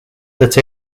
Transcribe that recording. that